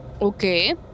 Okay